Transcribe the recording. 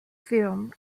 film